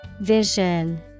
Vision